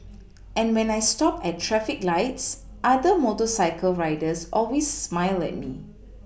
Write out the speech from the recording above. and when I stop at traffic lights other motorcycle riders always smile at me